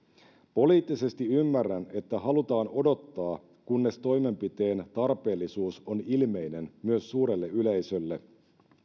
poliittisesti ymmärrän että halutaan odottaa kunnes toimenpiteen tarpeellisuus on ilmeinen myös suurelle yleisölle